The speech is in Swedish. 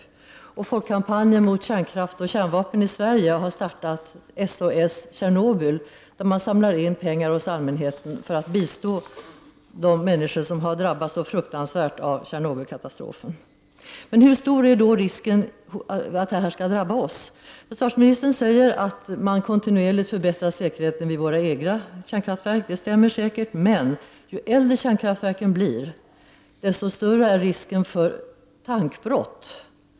I Sverige har folkkampanjen mot kärnkraft och kärnvapen startat insamlingen SOS Tjernobyl för att samla in pengar från allmänheten för att bistå de människor som har drabbats så fruktansvärt av Tjernobylkatastrofen. Hur stor är risken att detta kan drabba oss? Försvarsministern säger att man kontinuerligt förbättrar säkerheten vid våra egna kärnkraftverk. Det stämmer säkert. Men ju äldre kärnkraftverken blir, desto större blir risken för tankbrott.